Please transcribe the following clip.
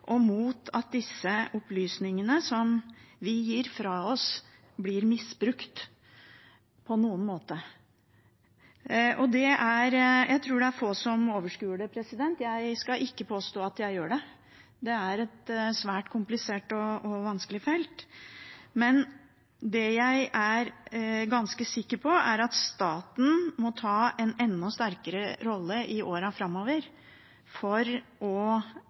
og mot at disse opplysningene som vi gir fra oss, blir misbrukt på noen måte. Jeg tror det er få som overskuer det. Jeg skal ikke påstå at jeg gjør det. Det er et svært komplisert og vanskelig felt. Det jeg er ganske sikker på, er at staten må ta en enda sterkere rolle i årene framover for å